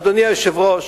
אדוני היושב-ראש,